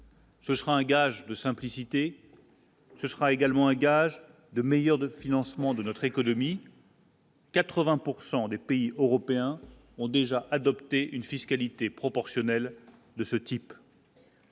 Ce sera un gage de simplicité, ce sera également un gage de meilleure de financement de notre économie. 80 pourcent des pays européens ont déjà adopté une fiscalité proportionnelle de ce type.